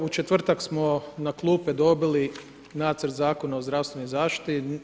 U četvrtak smo na klupe dobili nacrt Zakona o zdravstvenoj zaštiti.